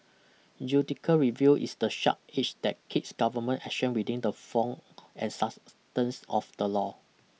judical review is the sharp edge that keeps government action within the form and substance of the law